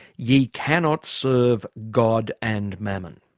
ye cannot serve god and mammon.